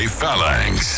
Phalanx